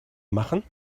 machen